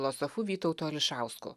filosofu vytautu ališausku